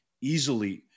easily